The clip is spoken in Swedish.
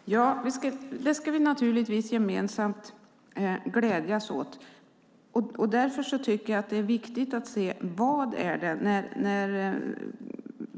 Fru talman! Ja, det ska vi naturligtvis gemensamt glädjas åt. Därför tycker jag att det är viktigt att se på detta.